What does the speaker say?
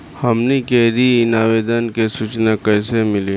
हमनी के ऋण आवेदन के सूचना कैसे मिली?